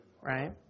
right